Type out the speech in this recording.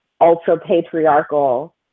ultra-patriarchal